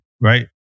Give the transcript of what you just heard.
right